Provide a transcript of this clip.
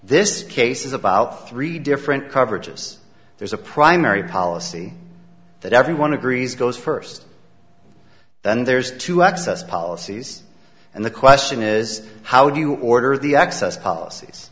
this case is about three different coverages there's a primary policy that everyone agrees goes first then there's two access policies and the question is how do you order the access policies